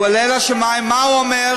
הוא עולה אל השמים, מה הוא אומר?